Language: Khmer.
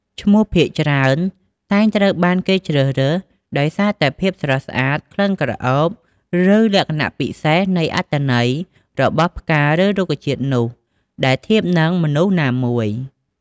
ឈ្មោះភាគច្រើនតែងត្រូវបានគេជ្រើសរើស ដោយសារតែភាពស្រស់ស្អាត ក្លិនក្រអូប ឬ លក្ខណៈពិសេសនៃអត្ថន័យរបស់ផ្កាឬរុក្ខជាតិនោះ ដែលធៀបនឹងមនុស្សណាមួយ។